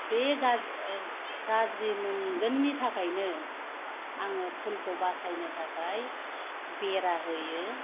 बे गाज गाज्रि मोनगोननि थाखायनो आङो फुलखौ बासायनो थाखाय बेरा होयो